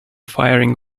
firing